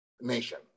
nation